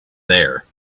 there